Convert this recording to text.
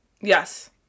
Yes